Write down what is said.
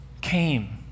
came